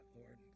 Lord